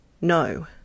No